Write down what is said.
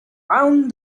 round